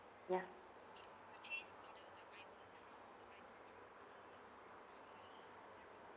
ya